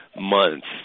months